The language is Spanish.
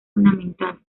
ornamental